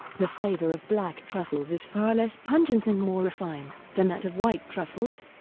the flavor of black truffles is far less pungent and more refined than that of white truffles.